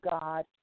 God